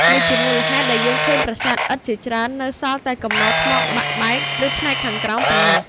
នេះជាមូលហេតុដែលយើងឃើញប្រាសាទឥដ្ឋជាច្រើននៅសល់តែគំនរថ្មបាក់បែក ឬផ្នែកខាងក្រោមប៉ុណ្ណោះ។